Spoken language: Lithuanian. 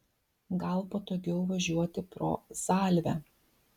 gal patogiau važiuoti pro zalvę